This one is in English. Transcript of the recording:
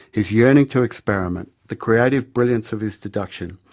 his yearning to experiment, the creative brilliance of his deduction,